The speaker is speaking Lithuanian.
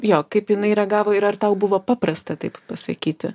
jo kaip jinai reagavo ir ar tau buvo paprasta taip pasakyti